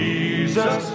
Jesus